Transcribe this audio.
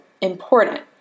important